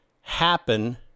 happen